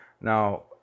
Now